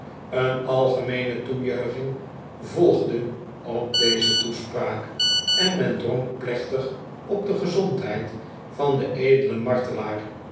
een algemeene toejuiching volgde op deze toespraak en men dronk plechtig op de gezondheid van den edelen